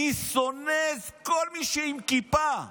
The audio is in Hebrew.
אני שונא כל מי שעם כיפה.